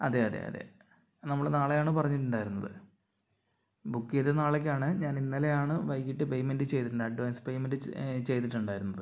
അതേ അതേ അതേ നമ്മൾ നാളെയാണ് പറഞ്ഞിട്ടുണ്ടായിരുന്നത് ബുക്ക് ചെയ്തത് നാളേയ്ക്കാണ് ഞാനിന്നലെയാണ് വൈകിട്ട് പേയ്മെന്റ് ചെയ്തിട്ടുണ്ട് അഡ്വാൻസ് പേയ്മെന്റ് ചെയ്തിട്ടുണ്ടായിരുന്നത്